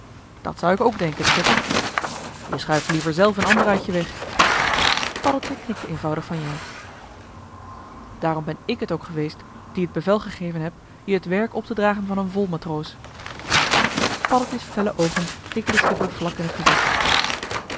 dat zou ik ook denken schipper je schuift liever zelf een ander uit je weg paddeltje knikte eenvoudig van ja daarom ben ik het ook geweest die het bevel joh h been paddeltje de scheepsjongen van michiel de ruijter gegeven heb je het werk op te dragen van een volmatroos paddeltje's felle oogen keken den schipper vlak in t gezicht